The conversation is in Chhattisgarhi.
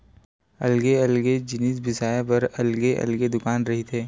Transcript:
अलगे अलगे जिनिस बिसाए बर अलगे अलगे दुकान रहिथे